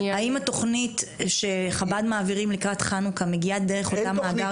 האם התוכנית שחב"ד מעבירים לקראת חנוכה מגיעה דרך אותו מאגר תוכניות?